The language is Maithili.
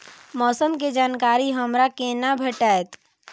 मौसम के जानकारी हमरा केना भेटैत?